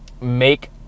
make